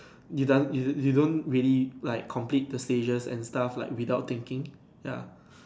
you doesn't you you don't really like complete the stages and stuff like without thinking ya